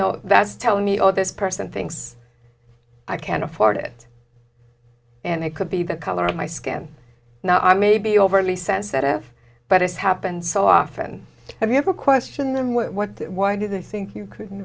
know that's telling me oh this person thinks i can afford it and it could be the color of my skin now i may be overly sensitive but it's happened so often have you ever questioned them what that why do they think you couldn't